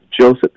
Joseph